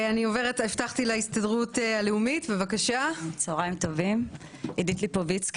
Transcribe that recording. ההסתדרות הלאומית, בבקשה, עידית ליפובצקי.